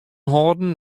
holden